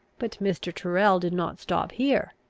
but mr. tyrrel did not stop here.